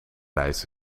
lijst